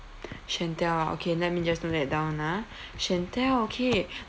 shantel ah okay let me just note that down ah shantel okay